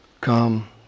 come